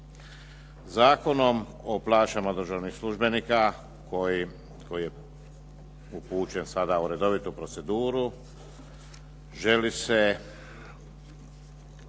Zakonom o plaćama državnih službenika koji je upućen sada u redovitu proceduru želi se